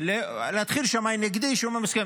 --- להתחיל שמאי נגדי ושומה מוסכמת.